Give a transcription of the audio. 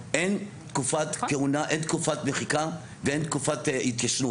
אין תקופת מחיקה ואין תקופת התיישנות.